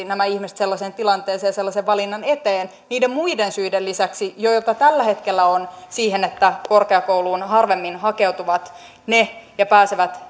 nämä ihmiset sellaiseen tilanteeseen ja sellaisen valinnan eteen niiden muiden syiden lisäksi joita tällä hetkellä on siihen että korkeakouluun harvemmin hakeutuvat ja pääsevät